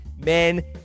Men